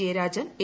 Jayarajan A